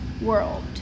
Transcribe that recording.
world